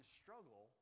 struggle